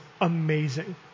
amazing